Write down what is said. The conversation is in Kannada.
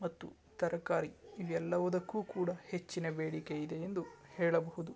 ಮತ್ತು ತರಕಾರಿ ಇದು ಎಲ್ಲವುದಕ್ಕೂ ಕೂಡ ಹೆಚ್ಚಿನ ಬೇಡಿಕೆ ಇದೆ ಎಂದು ಹೇಳಬಹುದು